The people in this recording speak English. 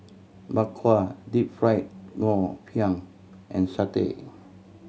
Bak Kwa Deep Fried Ngoh Hiang and satay